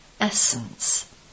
Essence